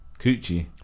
Coochie